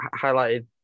highlighted